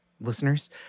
listeners